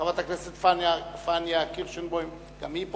חברת הכנסת פניה קירשנבאום גם היא פה,